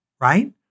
right